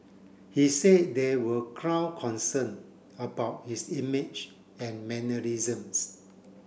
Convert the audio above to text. he said there were ground concern about his image and mannerisms